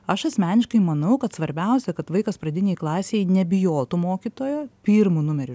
aš asmeniškai manau kad svarbiausia kad vaikas pradinėj klasėj nebijotų mokytojo pirmu numeriu